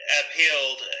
appealed